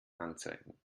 anzeigen